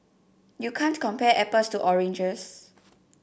you can't compare apples to oranges